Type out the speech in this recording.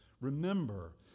Remember